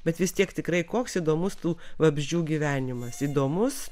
bet vis tiek tikrai koks įdomus tų vabzdžių gyvenimas įdomus